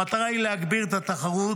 המטרה היא להגביר את התחרות,